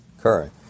current